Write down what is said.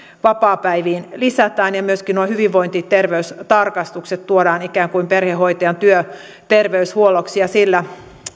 vapaapäiviin lisätään ja myöskin tuodaan nuo hyvinvointiterveystarkastukset ikään kuin perhehoitajan työterveyshuolloksi ja sillä